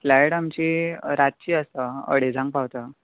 flight आमची रातची आसा अडेजांक पावता